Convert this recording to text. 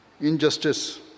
injustice